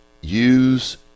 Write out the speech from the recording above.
use